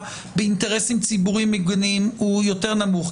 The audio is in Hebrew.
באינטרסים ציבוריים מוגנים הוא יותר נמוך,